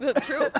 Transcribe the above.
True